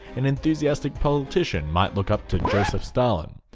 an enthusiastic politician might look up to joseph stalin,